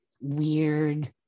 weird